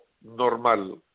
normal